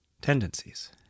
tendencies